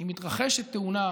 אם מתרחשת תאונה במהירויות,